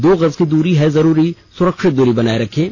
दो गज की दूरी है जरूरी सुरक्षित दूरी बनाए रखें